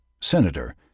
senator